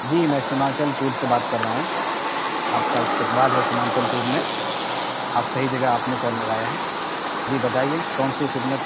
جی میں ہیمانچل ٹور سے بات کر رہا ہوں آپ کا استقبال ہے ہیمانچل ٹور میں آپ صحیح جگہ آپ نے کال لگایا ہے جی بتائیے کون سی خدمت